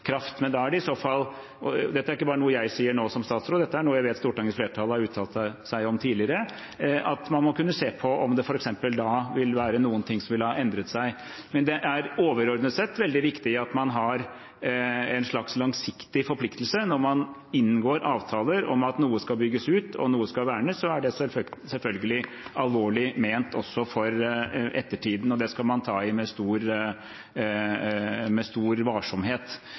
kraft. Dette er ikke bare noe jeg sier nå, som statsråd, dette er noe jeg vet at Stortingets flertall har uttalt seg om tidligere – at man må kunne se på om det f.eks. vil være noe som da har endret seg. Det er overordnet sett veldig viktig at man har en slags langsiktig forpliktelse. Når man inngår avtaler om at noe skal bygges ut, og noe skal vernes, er det selvfølgelig alvorlig ment også for ettertiden, og det skal man ta i med stor